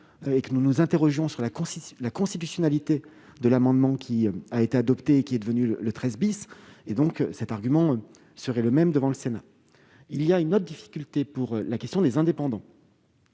que nous nous interrogions sur la constitutionnalité de l'amendement qui a été adopté et qui est devenu l'article 13. Cet argument vaut également devant le Sénat. Enfin, autre difficulté pour la question des indépendants,